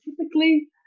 typically